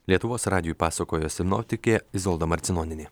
lietuvos radijui pasakojo sinoptikė izolda marcinonienė